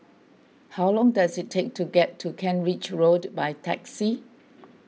how long does it take to get to Kent Ridge Road by taxi